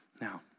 Now